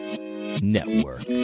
Network